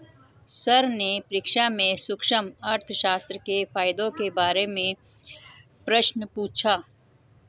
sir ने परीक्षा में सूक्ष्म अर्थशास्त्र के फायदों के बारे में प्रश्न पूछा